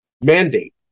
mandate